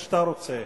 מצביעים.